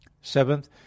Seventh